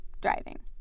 driving